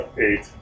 eight